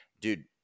dude